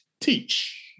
teach